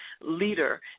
leader